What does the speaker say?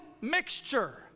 mixture